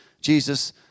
Jesus